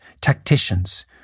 tacticians